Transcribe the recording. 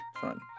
fun